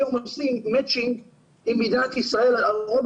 היום עושים מג'ינג עם מדינת ישראל על רוב